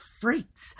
freaks